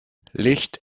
licht